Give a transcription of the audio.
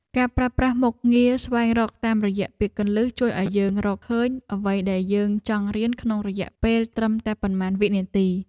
ការប្រើប្រាស់មុខងារស្វែងរកតាមរយៈពាក្យគន្លឹះជួយឱ្យយើងរកឃើញអ្វីដែលយើងចង់រៀនក្នុងរយៈពេលត្រឹមតែប៉ុន្មានវិនាទី។